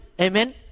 Amen